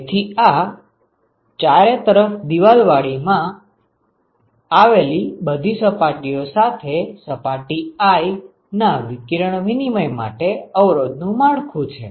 તેથી આ ચારે તરફ દીવાલવાળી માં આવેલી બધી સપાટીઓ સાથે સપાટી i ના વિકિરણ વિનિમય માટે અવરોધ નું માળખું છે